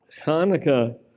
Hanukkah